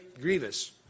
grievous